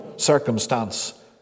circumstance